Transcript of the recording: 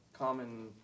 common